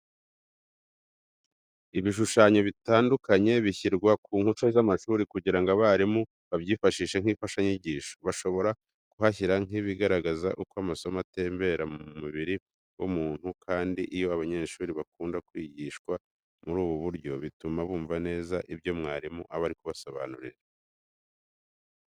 Ibishushanyo bitandukanye bishyirwa ku nkuta z'amashuri kugira ngo abarimu babyifashishe nk'imfashanyigisho. Bashobora kuhashyira nk'ibigaragaza uko amaraso atembera mu mubiri w'umuntu kandi iyo abanyeshuri bakunda kwigishwa muri ubu buryo, bituma bumva neza ibyo mwarimu aba ari kubasobanurira.